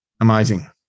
amazing